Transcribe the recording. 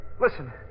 Listen